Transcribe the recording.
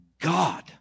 God